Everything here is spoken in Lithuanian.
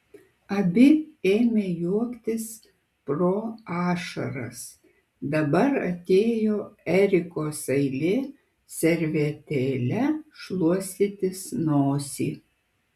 abi ėmė juoktis pro ašaras dabar atėjo erikos eilė servetėle šluostytis nosį